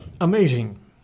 Amazing